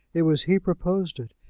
it was he proposed it.